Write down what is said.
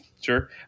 Sure